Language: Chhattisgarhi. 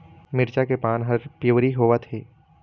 मिरचा के पान हर पिवरी होवथे?